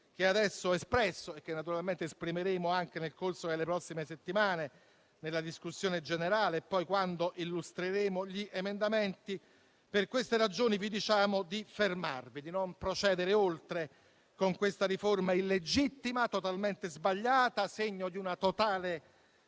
che adesso ho espresso e che naturalmente esprimeremo anche nel corso delle prossime settimane nella discussione generale e poi quando illustreremo gli emendamenti, vi diciamo di fermarvi e di non procedere oltre con questa riforma illegittima, totalmente sbagliata e segno di una totale